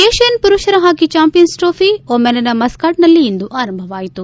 Asian ಪುರುಪರ ಪಾಕಿ champions trophy ಒಮನ್ನ ಮಸ್ಕಾಟ್ನಲ್ಲಿ ಇಂದು ಆರಂಭವಾಯಿತು